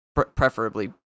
preferably